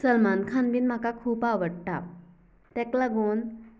सलमान खान बीन म्हाका खूब आवडटा ताका लागून